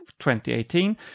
2018